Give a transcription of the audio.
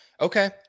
Okay